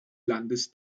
landes